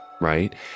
right